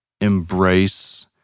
embrace